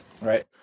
Right